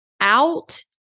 out